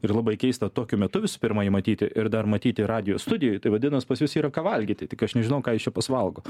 ir labai keista tokiu metu visų pirma jį matyti ir dar matyti radijo studijoj tai vadinas pas jus yra ką valgyti tik aš nežinau ką jūs čia pas valgo